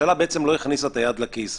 הממשלה בעצם לא הכניסה את היד לכיס.